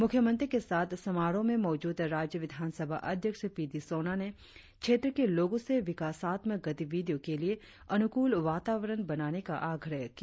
मुख्यमंत्री के साथ समारोह में मौजूद राज्य विधानसभा अध्यक्ष पी डी सोना ने क्षेत्र के लोगों से विकासत्मक गतिविधियों के लिए अनुकूल वातावरण बनाने का आग्रह किया